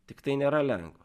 tik tai nėra lengva